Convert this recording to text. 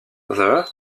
there